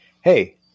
hey